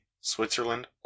Switzerland